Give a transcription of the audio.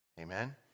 Amen